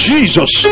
Jesus